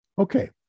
Okay